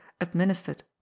administered